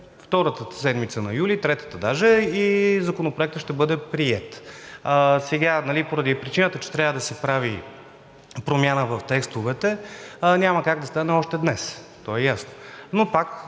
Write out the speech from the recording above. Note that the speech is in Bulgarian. втората седмица на юли, третата даже, и Законопроектът ще бъде приет. Поради причината, че трябва да се прави промяна в текстовете, няма как да стане още днес, то е ясно. Но в